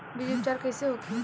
बीज उपचार कइसे होखे?